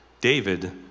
David